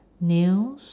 nails